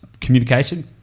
communication